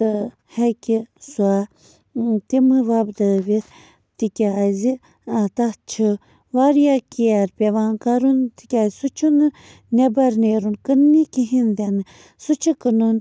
تہٕ ہیٚکہِ سۄ تِمہٕ وۄبدٲوِتھ تِکیٛازِ تَتھ چھِ واریاہ کِیَر پٮ۪وان کَرُن تِکیٛازِ سُہ چھُنہٕ نٮ۪بر نیرُن کٕننہِ کِہیٖنۍ تہِ نہٕ سُہ چھِ کٕنُن